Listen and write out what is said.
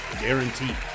guaranteed